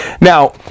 Now